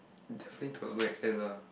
definitely to a certain extent lah